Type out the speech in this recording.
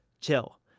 chill